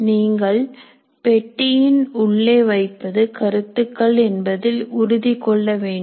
நீங்கள் பெட்டியின் உள்ளே வைப்பது கருத்துக்கள் என்பதில் உறுதி கொள்ள வேண்டும்